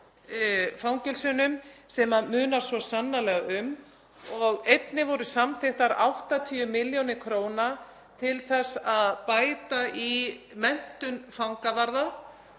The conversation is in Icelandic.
fangelsunum sem munar svo sannarlega um. Einnig voru samþykktar 80 millj. kr. til þess að bæta í menntun fangavarða